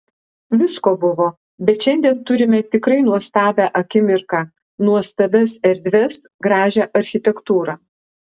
visko buvo bet šiandien turime tikrai nuostabią akimirką nuostabias erdves gražią architektūrą